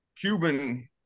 Cuban